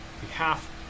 behalf